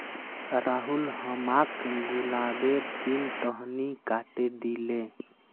राहुल हमाक गुलाबेर तीन टहनी काटे दिले